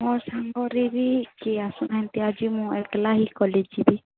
ମୋ ସାଙ୍ଗରେ ବି କିଏ ଆସୁ ନାହାନ୍ତି ଆଜି ମୁଁ ଏକଲା ହିଁ କଲେଜ ଯିବି